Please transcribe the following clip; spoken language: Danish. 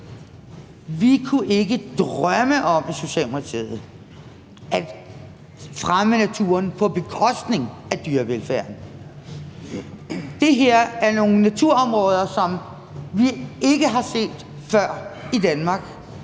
Vi kunne ikke drømme om i Socialdemokratiet at fremme naturen på bekostning af dyrevelfærden. Det her er nogle naturområder, som vi ikke har set før i Danmark,